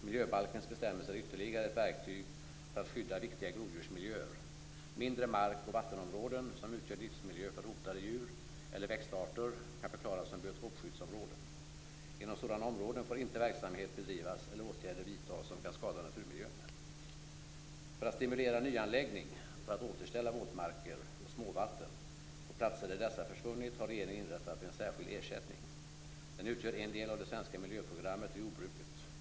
Miljöbalkens bestämmelser är ytterligare ett verktyg för att skydda viktiga groddjursmiljöer. Mindre mark eller vattenområden som utgör livsmiljö för hotade djur eller växtarter kan förklaras som biotopskyddsområden. Inom sådana områden får inte verksamhet bedrivas eller åtgärder vidtas som kan skada naturmiljön. För att stimulera nyanläggning och för att återställa våtmarker och småvatten på platser där dessa försvunnit har regeringen inrättat en särskild ersättning. Den utgör en del av det svenska miljöprogrammet för jordbruket.